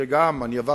שנמצא כרגע בחוץ,